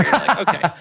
Okay